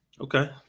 Okay